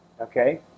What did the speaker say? okay